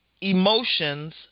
emotions